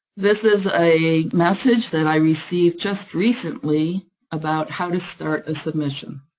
this is a message that i received just recently about how to start a submission.